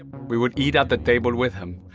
and we would eat at the table with him,